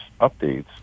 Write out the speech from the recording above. updates